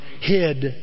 hid